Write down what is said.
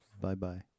Bye-bye